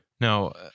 Now